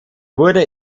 wurde